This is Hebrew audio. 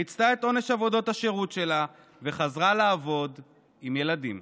היא ריצתה את עונש עבודות השירות שלה וחזרה לעבוד עם ילדים.